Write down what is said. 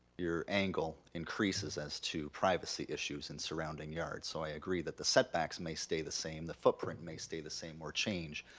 your angle increases as to privacy issues in surrounding yards. so i agree that the setbacks may stay the same, the footprint may stay the same, or change,